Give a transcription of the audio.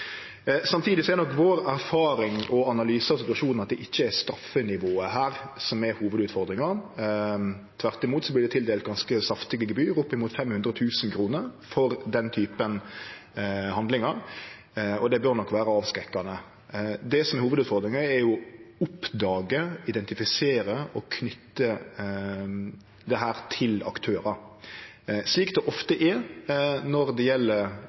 Samtidig er vår erfaring og analyse av situasjonen at det ikkje er straffenivået her som er hovudutfordringa. Tvert imot vert det tildelt ganske saftige gebyr, opp mot 500 000 kr, for den typen handlingar, og det bør vere avskrekkande. Det som er hovudutfordringa, er å oppdage, identifisere og knyte dette til aktørar, slik det ofte er når det gjeld